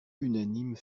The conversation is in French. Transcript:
unanime